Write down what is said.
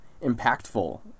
impactful